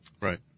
Right